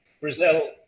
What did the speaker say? Brazil